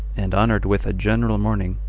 and honored with a general mourning,